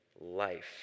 life